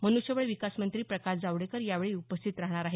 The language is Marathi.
मन्ष्यबळ विकास मंत्री प्रकाश जावडेकर यावेळी उपस्थित राहणार आहेत